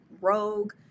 rogue